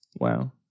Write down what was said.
Wow